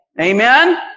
Amen